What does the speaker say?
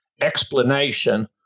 explanation